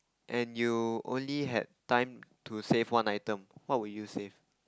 and you only have time to save one item what would you save